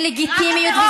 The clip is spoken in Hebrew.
אין לגיטימיות,